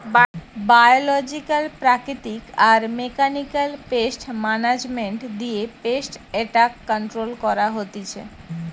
biological প্রাকৃতিক আর mechanical pest management দিয়ে পেস্ট এট্যাক কন্ট্রোল করা হতিছে